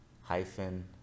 hyphen